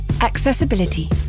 Accessibility